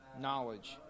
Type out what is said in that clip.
Knowledge